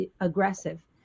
aggressive